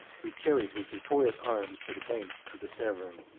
who carried his victorious arms to the banks of the severn.